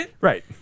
right